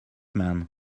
man